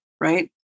right